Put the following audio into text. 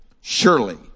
Surely